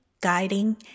guiding